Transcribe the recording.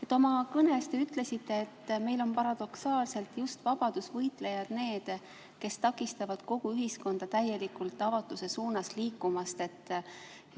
Oma kõnes te ütlesite, et meil on paradoksaalselt just vabadusvõitlejad need, kes takistavad kogu ühiskonda täielikult avatuse suunas liikumast.